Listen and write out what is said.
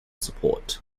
support